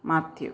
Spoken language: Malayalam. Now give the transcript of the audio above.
മാത്യു